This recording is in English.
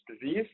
disease